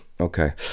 Okay